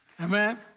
Amen